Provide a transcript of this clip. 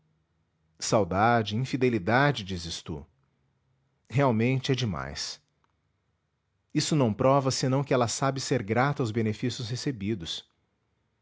saudade infidelidade dizes tu realmente é demais isso não prova senão que ela sabe ser grata aos benefícios recebidos